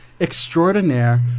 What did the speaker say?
extraordinaire